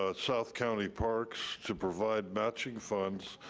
ah south county parks to provide matching funds